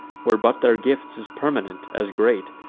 were but their gifts as permanent as great.